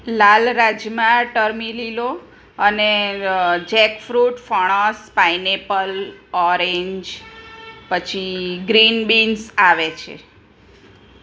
લાલ રાજમા ટર્મિ લીલો અને જેક ફ્રૂટ ફણસ પાઈનેપલ ઓરેન્જ પછી ગ્રીન બીન્સ આવે છે